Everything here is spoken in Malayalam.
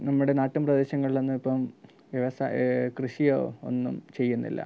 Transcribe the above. നമ്മുടെ നാട്ടിൻ പ്രദേശങ്ങളിലൊന്നും ഇപ്പോള് വ്യവസായ കൃഷിയോ ഒന്നും ചെയ്യുന്നില്ല